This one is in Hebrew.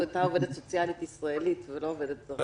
אם הייתה עובדת סוציאלית ישראלית ולא עובדת זרה...